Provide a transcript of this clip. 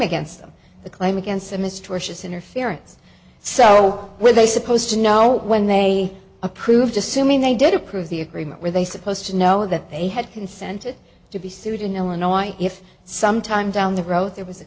against them the claim against a mr she's interference so were they supposed to know when they approved assuming they did approve the agreement were they supposed to know that they had consented to be sued in illinois if sometime down the growth there was a